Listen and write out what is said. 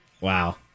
Wow